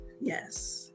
Yes